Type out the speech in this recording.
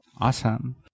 Awesome